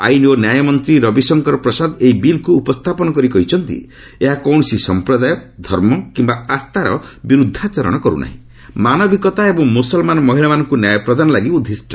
ଆଇନ୍ ଓ ନ୍ୟାୟ ମନ୍ତ୍ରୀ ରବିଶଙ୍କର ପ୍ରସାଦ ଏହି ବିଲ୍କୁ ଉପସ୍ଥାପନ କରି କହିଛନ୍ତି ଏହା କୌଣସି ସମ୍ପ୍ରଦାୟ ଧର୍ମ କିୟା ଆସ୍ଥାର ବିରୁଦ୍ଧାଚରଣ କରୁନାହିଁ ମାନବିକତା ଏବଂ ମୁସଲମାନ ମହିଳାମାନଙ୍କୁ ନ୍ୟାୟ ପ୍ରଦାନ ଲାଗି ଉଦ୍ଦିଷ୍ଟ